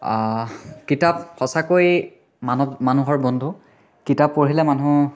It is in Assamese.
কিতাপ সঁচাকৈ মানৱ মানুহৰ বন্ধু কিতাপ পঢ়িলে মানুহ